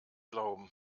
glauben